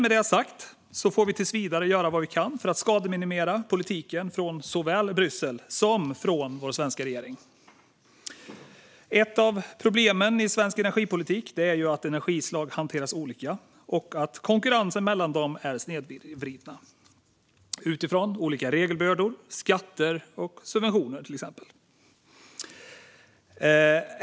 Med det sagt får vi tills vidare göra vad vi kan för att skademinimera politiken när det gäller påverkan från såväl Bryssel som vår svenska regering. Ett av problemen i svensk energipolitik är att energislag hanteras olika och att konkurrensen mellan dem är snedvriden utifrån exempelvis olika regelbördor, skatter och subventioner.